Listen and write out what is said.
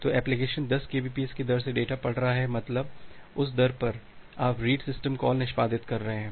तो application 10 Kbps की दर से डेटा पढ़ रहा है मतलब उस दर पर आप रीड सिस्टम कॉल निष्पादित कर रहे हैं